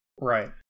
Right